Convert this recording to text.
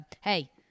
hey